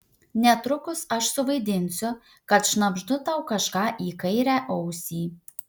netrukus aš suvaidinsiu kad šnabždu tau kažką į kairę ausį